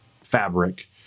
fabric